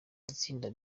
itsinda